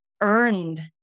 earned